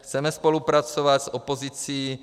Chceme spolupracovat s opozicí.